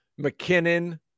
mckinnon